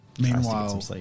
Meanwhile